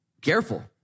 careful